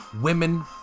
women